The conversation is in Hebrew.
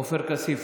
עופר כסיף,